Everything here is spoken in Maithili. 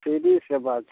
फ्री सेवा छै